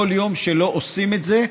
כל יום שלא עושים את זה,